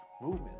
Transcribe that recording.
movement